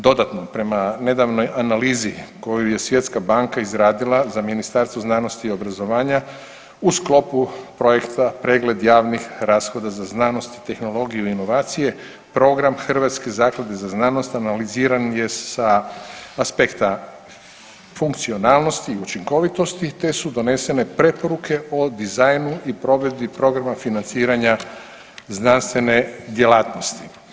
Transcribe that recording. Dodatno, prema nedavnoj analizi koju je Svjetska banka izradila za Ministarstvo znanosti i obrazovanja u sklopu projekta Pregled javnih rashoda za znanost i tehnologiju i inovacije program Hrvatske zaklade za znanost analiziran je sa aspekta funkcionalnosti i učinkovitosti te su donesene preporuke o dizajnu i provedbi programa financiranju znanstvene djelatnosti.